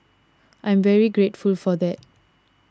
I'm very grateful for that